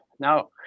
Now